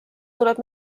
tuleb